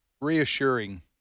reassuring